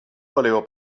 volevo